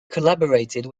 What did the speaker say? collaborated